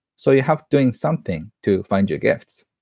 so, you have doing something to find your gifts.